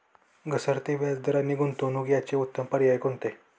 घसरते व्याजदर आणि गुंतवणूक याचे उत्तम पर्याय कोणते?